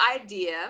idea